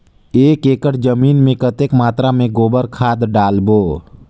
एक एकड़ जमीन मे कतेक मात्रा मे गोबर खाद डालबो?